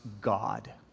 God